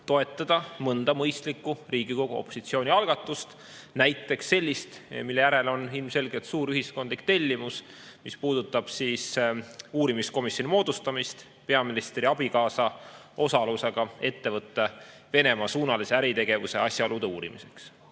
toetada mõnda Riigikogu opositsiooni mõistlikku algatust – näiteks sellist, mille järele on ilmselgelt suur ühiskondlik tellimus. See puudutab näiteks uurimiskomisjoni moodustamist peaministri abikaasa osalusega ettevõtte Venemaa-suunalise äritegevuse asjaolude uurimiseks.